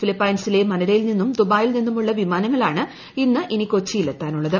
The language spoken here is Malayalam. ഫിലിപ്പൈൻസിലെ മനിലയിൽ നിന്നും ദുബായിൽ നിന്നുമുള്ള വിമാനങ്ങളാണ് ഇന്ന് ഇനി കൊച്ചിയിലെത്താനുള്ളത്